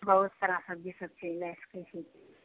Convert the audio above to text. बहुत सारा सब्जी सभ छै लए सकय छी